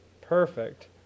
Perfect